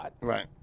Right